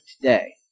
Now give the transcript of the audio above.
today